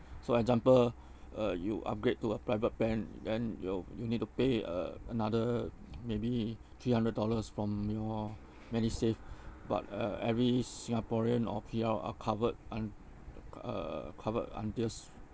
so example uh you upgrade to a private plan then you you need to pay uh another maybe three hundred dollars from your medisave but uh every sing~ singaporean or P_R are covered and uh covered until